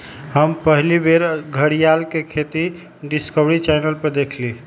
हम पहिल बेर घरीयार के खेती डिस्कवरी चैनल पर देखली